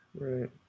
Right